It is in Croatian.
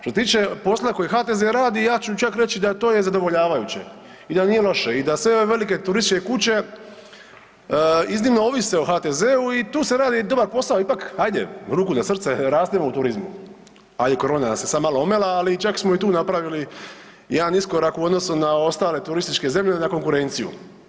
Što se tiče posla koji HTZ radi, ja ću čak reći da to je zadovoljavajuće i da nije loše i da sve ove velike turističke kuće iznimno ovise o HTZ-u i tu se radi dobar posao ipak ajde ruku na srce, rastemo u turizmu, ajde korona nas je sad malo omela, ali čak smo i tu napravili jedan iskorak u odnosu na ostale turističke zemlje odnosno na konkurenciju.